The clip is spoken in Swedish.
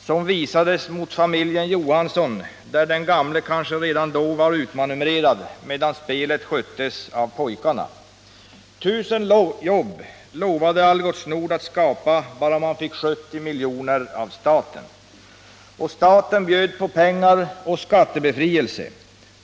som visades mot familjen Johansson, där den gamle kanske redan då var utmanövrerad medan spelet sköttes av pojkarna. 1000 jobb lovade Algots Nord att skapa bara man fick 70 miljoner av staten. Och staten bjöd på pengar och skattebefrielse.